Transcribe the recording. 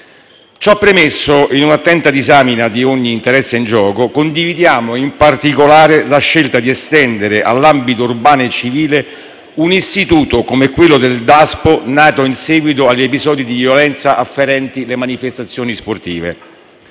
Ciò premesso in una attenta disamina di ogni interesse in gioco, condividiamo in particolare la scelta di estendere all'ambito urbano e civile, un istituto come quello del DASPO, nato in seguito agli episodi di violenza afferenti le manifestazioni sportive.